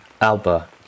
Alba